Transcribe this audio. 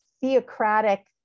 theocratic